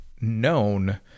known